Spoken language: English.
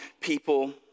people